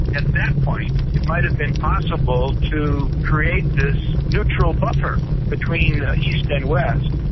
at that point it might have been possible to create this neutral buffer between east and west.